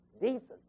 decent